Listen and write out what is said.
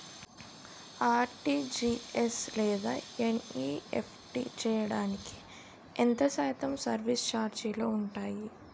RTGS లేదా NEFT చేయడానికి ఎంత శాతం సర్విస్ ఛార్జీలు ఉంటాయి?